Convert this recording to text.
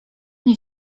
nie